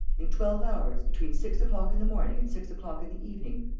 in twelve hours, between six o'clock in the morning and six o'clock in the evening,